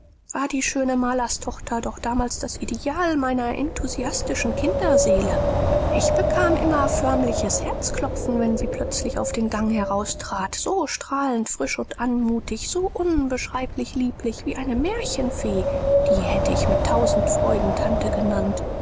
war die schöne malerstochter doch damals das ideal meiner enthusiastischen kinderseele ich bekam immer förmliches herzklopfen wenn sie plötzlich auf den gang heraustrat so strahlend frisch und anmutig so unbeschreiblich lieblich wie eine märchenfee die hätte ich mit tausend freuden tante genannt